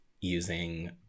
using